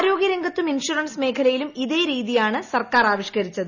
ആരോഗ്യരംഗത്തും insurance മേഖലയിലും ഇതേ രീതിയാണ് സർക്കാർ ആവിഷിക്കരിച്ചത്